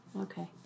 Okay